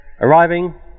arriving